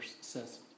says